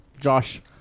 Josh